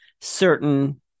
certain